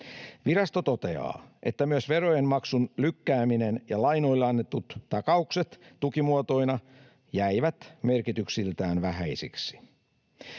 Virasto toteaa, että myös verojenmaksun lykkääminen ja lainoille annetut takaukset tukimuotoina jäivät merkityksiltään vähäisiksi.